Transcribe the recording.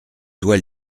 dois